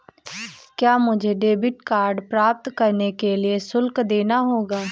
क्या मुझे debit card प्राप्त करने के लिए शुल्क देना होगा?